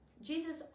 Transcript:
Jesus